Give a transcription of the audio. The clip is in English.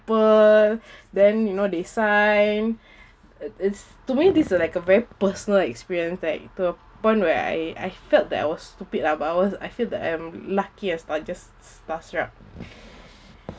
people then you know they sign it's to me these are like a very personal experience like the point where I I felt that I was stupid lah but I was I feel that I am lucky as I just star-struck